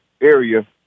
area